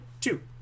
two